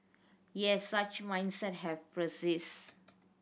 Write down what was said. yet such mindset have persisted